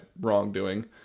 wrongdoing